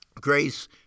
Grace